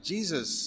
Jesus